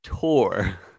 Tour